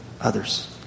others